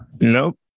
Nope